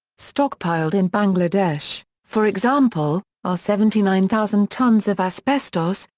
stockpiled in bangladesh, for example, are seventy nine thousand tonnes of asbestos,